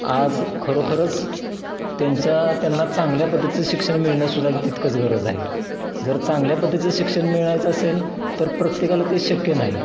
आज खरोखरच त्यांच्या त्यांनला चांगल्या पद्धतीचं शिक्षण मिळनसुद्धा की तितकंच गरज आहे जर चांगल्या पद्धतीचं शिक्षण मिळायचं असेल तर प्रत्येकाला ते शक्य नाही